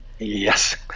Yes